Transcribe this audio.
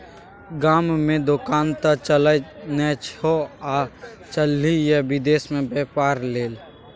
गाममे दोकान त चलय नै छौ आ चललही ये विदेश मे बेपार लेल